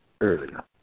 earlier